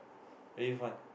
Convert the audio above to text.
very fun